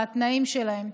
בתנאים שלהם.